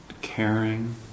caring